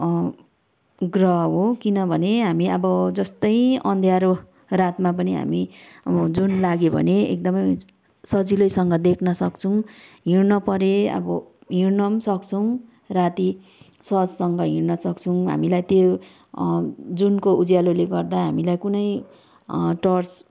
ग्रह हो किनभने हामी अब जस्तै अँध्यारो रातमा पनि हामी अब जुन लाग्यो भने एकदमै सजिलैसँग देख्ने सक्छौँ हिँड्न परे अब हिँड्न पनि सक्छौँ राती सहजसँग हिँड्न सक्छौँ हामीलाई त्यो जुनको उज्यालोले गर्दा हामीलाई कुनै टर्च